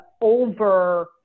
over